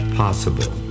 possible